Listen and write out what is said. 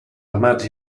ramats